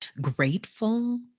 grateful